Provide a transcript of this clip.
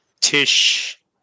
Tish